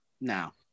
now